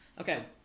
Okay